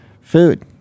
Food